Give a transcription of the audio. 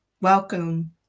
welcome